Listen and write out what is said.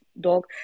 Dog